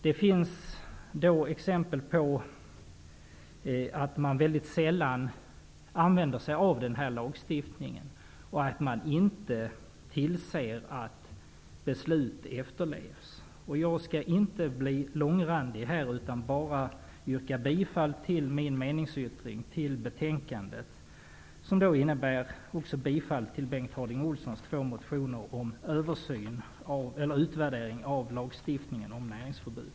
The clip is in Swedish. Det finns exempel på att man sällan använder sig av den lagstiftningen och att man inte tillser att beslut efterlevs. Jag skall inte bli långrandig utan bara yrka bifall till min meningsyttring till betänkandet. Den innebär bifall till Bengt Harding Olsons två motioner om utvärdering av lagstiftningen om näringsförbud.